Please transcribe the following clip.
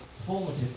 formative